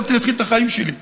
יכולתי להתחיל את החיים שלי.